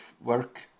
work